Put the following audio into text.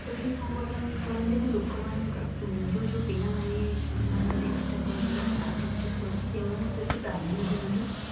ତ ସିଏ କ'ଣ କରୁଥିଲା ନାଁ କରନ୍ତି ନାଁ ଲୋକମାନଙ୍କ ଯେଉଁ ଯେଉଁ ପିଲାମାନେ ଯେଉଁମାନଙ୍କର ଏକ୍ସଟ୍ରାକରିକୁଲାର୍ସ ଆକ୍ଟିଭିଟିସ୍ ଅଛି ସେଇମାନଙ୍କୁ ବେସି ପ୍ରାଧାନ୍ୟ ଦିଅନ୍ତି